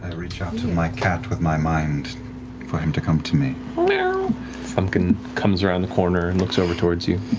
and reach out to my cat with my mind for him to come to me. matt frumpkin comes around the corner and looks over towards you.